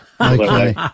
Okay